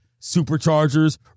Superchargers